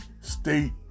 state